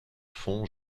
fond